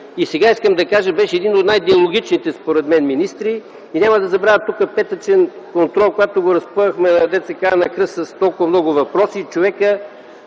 и сега искам да кажа, че беше един от най-диалогичните, според мен, министри. И няма да забравя тук един петъчен контрол, когато го разпъвахме на кръст, дето се казва, с толкова много въпроси.